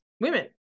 women